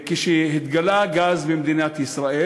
כשהתגלה גז במדינת ישראל,